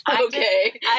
okay